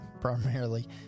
primarily